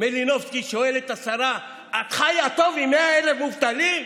מלינובסקי ושואלת את השרה: את חיה טוב עם 100,000 מובטלים?